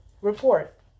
Report